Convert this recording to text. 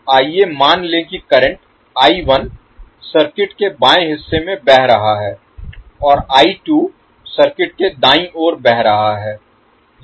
आइए मान लें कि करंट सर्किट के बाएं हिस्से में बह रहा है और सर्किट के दाईं ओर बह रहा है